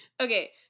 Okay